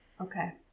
Okay